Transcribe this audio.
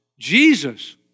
Jesus